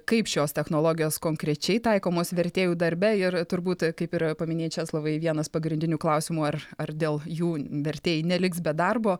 kaip šios technologijos konkrečiai taikomos vertėjų darbe ir turbūt kaip ir paminėjai česlovai vienas pagrindinių klausimų ar ar dėl jų vertėjai neliks be darbo